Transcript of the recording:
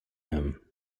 him